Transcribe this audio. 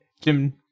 Jim